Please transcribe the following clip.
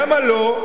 למה לא?